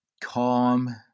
calm